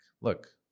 look